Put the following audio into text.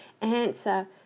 answer